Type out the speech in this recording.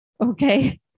Okay